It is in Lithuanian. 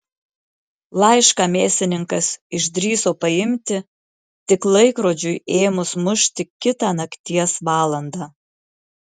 laišką mėsininkas išdrįso paimti tik laikrodžiui ėmus mušti kitą nakties valandą